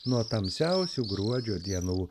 nuo tamsiausių gruodžio dienų